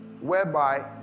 whereby